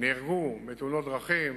נהרגו בתאונות דרכים